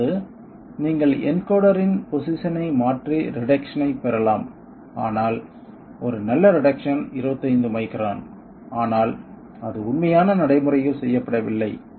அதாவது நீங்கள் என்கோடரின் பொசிஷன் ஐ மாற்றி ரிடக்சன் ஐப் பெறலாம் ஆனால் ஒரு நல்ல ரிடக்சன் 25 மைக்ரான் ஆனால் அது உண்மையான நடைமுறையில் செய்யப்படவில்லை